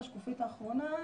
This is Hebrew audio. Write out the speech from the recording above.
בשקופית האחרונה,